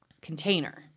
container